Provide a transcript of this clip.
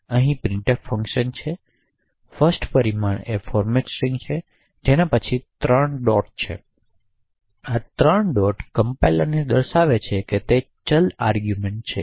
અહીં printf function છે 1st પરિમાણ એ ફોર્મેટ સ્ટ્રિંગ છે જે પછી 3 બિંદુઓ છે તેથી આ 3 બિંદુઓ કમ્પાઈલરને દર્શાવે છે કે તે ચલ આર્ગૂમેંટ છે